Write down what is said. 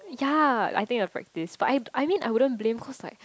ya I think I practice but I I mean I wouldn't blame cause like